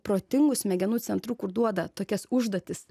protingų smegenų centrų kur duoda tokias užduotis